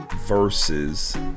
versus